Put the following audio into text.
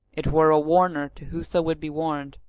it were a warner to whoso would be warned.